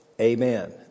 Amen